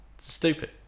stupid